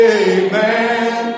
amen